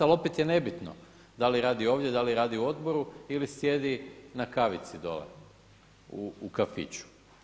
Ali opet je nebitno da li radi ovdje, da li radi u odboru ili sjedi na kavici dole u kafiću.